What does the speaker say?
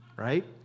right